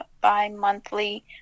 bi-monthly